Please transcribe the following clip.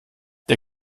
der